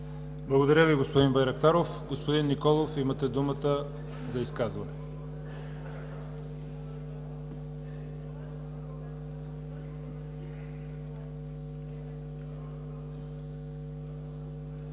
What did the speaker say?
Благодаря Ви, господин Байрактаров. Господин Николов, имате думата за изказване.